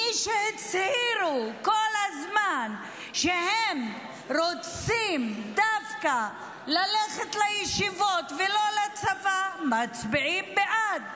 מי שהצהירו כל הזמן שהם רוצים דווקא ללכת לישיבות ולא לצבא מצביעים בעד,